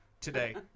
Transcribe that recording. today